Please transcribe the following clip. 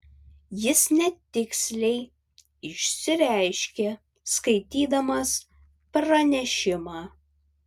jis netiksliai išsireiškė skaitydamas pranešimą